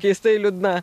keistai liūdna